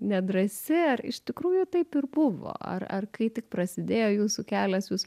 nedrąsi ar iš tikrųjų taip ir buvo ar ar kai tik prasidėjo jūsų kelias jūs